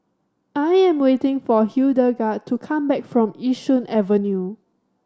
I am waiting for Hildegard to come back from Yishun Avenue